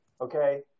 okay